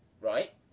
right